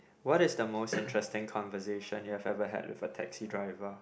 what is the most interesting conversation you have ever had with a taxi driver